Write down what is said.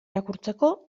irakurtzeko